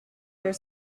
here